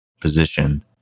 position